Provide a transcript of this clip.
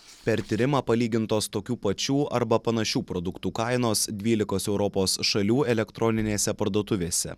per tyrimą palygintos tokių pačių arba panašių produktų kainos dvylikos europos šalių elektroninėse parduotuvėse